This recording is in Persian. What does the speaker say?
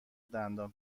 دندان